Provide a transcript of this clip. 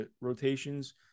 rotations –